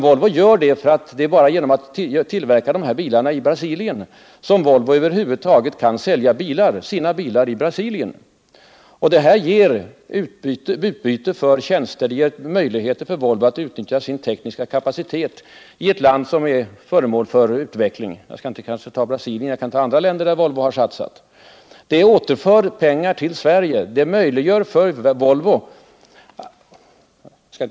Volvo gör det för att företaget bara genom att tillverka dessa bilar i Brasilien över huvud taget kan sälja sina bilar i det landet. Genom utbytet av tjänster får Volvo möjligheter att utveckla sin tekniska kapacitet i ett land som är föremål för utveckling. — Jag kanske inte skulle ha nämnt just Brasilien utan andra länder där Volvo har satsat. Detta återför pengar till Sverige.